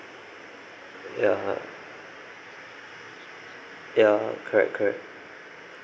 ya ya correct correct